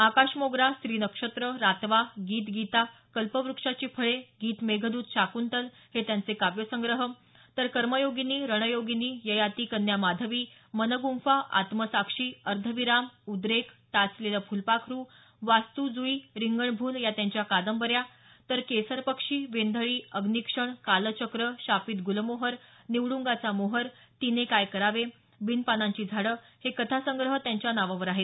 आकाश मोगरा स्त्री नक्षत्र रातवा गीत गीता कल्पव्रक्षाची फळे गीत मेघद्त शाकृंतल हे त्यांचे काव्यसंग्रह तर कर्मयोगिनी रणयोगिनी ययाति कन्या माधवी मनग्पंफा आत्मसाक्षी अर्धविराम उद्रेक टाचलेलं फुलपाखरू वास्तु जुई रिंगणभूल या त्यांच्या कादंबऱ्या तर केसरपक्षी वेंधळी अप्निक्षण कालचक्र शापित गुलमोहर निव्डुंगाचा मोहर तिने काय करावे बिनपानांची झाडं हे कथासंग्रह त्यांच्या नावावर आहेत